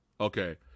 Okay